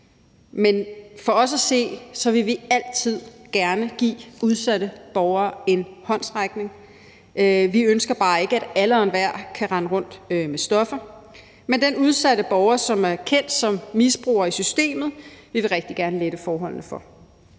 ind for. Men vi vil altid gerne give udsatte borgere en håndsrækning; vi ønsker bare ikke, at alle og enhver kan rende rundt med stoffer. Men den udsatte borger, som er kendt som misbruger i systemet, vil vi gerne rigtig gerne lette forholdene for,